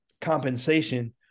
compensation